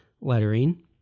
lettering